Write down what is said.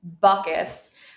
buckets